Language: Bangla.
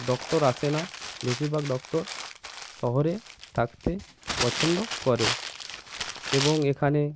ডক্টর আসে না বেশিরভাগ ডক্টর শহরে থাকতে পছন্দ করে এবং এখানে